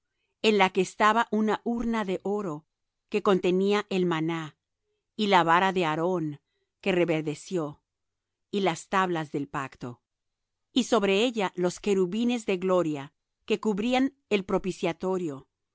en la que estaba una urna de oro que contenía el maná y la vara de aarón que reverdeció y las tablas del pacto y sobre ella los querubines de gloria que cubrían el propiciatorio